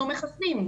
אנחנו מחסנים.